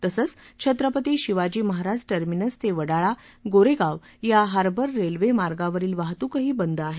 तसंच छत्रपती शिवाजी महाराज टर्मिनस ते वडाळा गोरेगाव या हार्बर रेल्वेमार्गावरील वाहतूकही बंद आहे